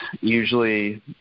usually